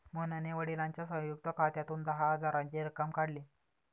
मोहनने वडिलांच्या संयुक्त खात्यातून दहा हजाराची रक्कम काढली